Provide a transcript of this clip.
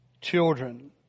children